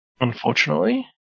Unfortunately